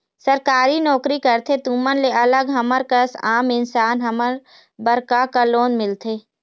सरकारी नोकरी करथे तुमन ले अलग हमर कस आम इंसान हमन बर का का लोन मिलथे?